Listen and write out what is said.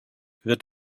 wird